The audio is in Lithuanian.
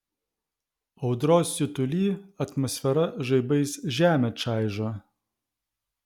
audros siutuly atmosfera žaibais žemę čaižo